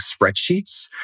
spreadsheets